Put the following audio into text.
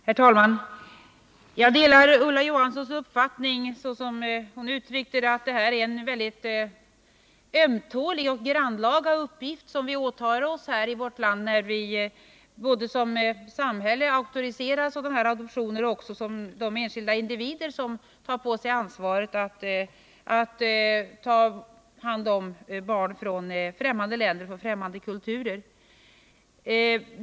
Herr talman! Jag delar Ulla Johanssons uppfattning, så som hon uttryckte den här, att det är en väldigt ömtålig och grannlaga uppgift vi åtar oss i vårt land, både när vi som samhälle auktoriserar sådana här adoptioner och när vi som enskilda individer tar på oss ansvaret för att ta hand om barn från främmande länder och kulturer.